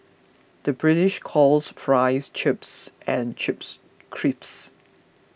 the British calls Fries Chips and Chips Crisps